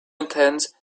intense